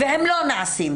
והם לא נעשים.